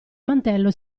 mantello